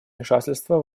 вмешательство